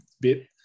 bit